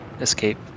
escape